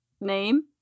name